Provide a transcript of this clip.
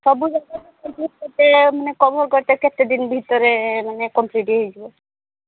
ସବୁ ଜାଗା କେତେ ମାନେ କଭର୍ କରିବାକୁ କେତେଦିନ ଭିତରେ ମାନେ କମ୍ପ୍ଲିଟ୍ ହେଇଯିବ